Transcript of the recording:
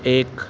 ایک